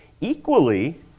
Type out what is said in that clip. equally